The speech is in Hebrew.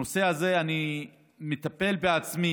בנושא הזה אני מטפל בעצמי,